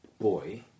boy